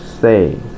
say